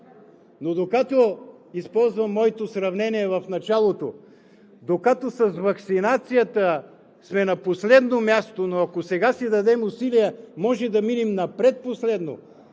напред. Използвам моето сравнение в началото: докато с ваксинацията сме на последно място, ако сега си дадем усилия, може да минем на предпоследно,